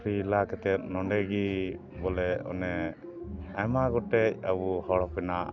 ᱯᱷᱩᱠᱨᱤ ᱞᱟ ᱠᱟᱛᱮᱫ ᱱᱚᱰᱮ ᱜᱮ ᱵᱚᱞᱮ ᱚᱱᱮ ᱟᱭᱢᱟ ᱜᱚᱴᱮᱡ ᱟᱵᱚ ᱦᱚᱲ ᱦᱚᱯᱚᱱᱟᱜ